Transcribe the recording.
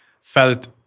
felt